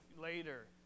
later